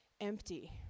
empty